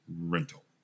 rental